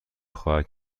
خواهد